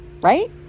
right